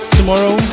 Tomorrow